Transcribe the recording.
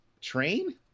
train